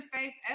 Faith